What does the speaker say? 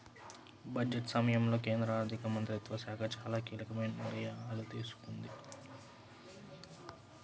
budget సమయంలో కేంద్ర ఆర్థిక మంత్రిత్వ శాఖ చాలా కీలకమైన నిర్ణయాలు తీసుకుంది